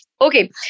Okay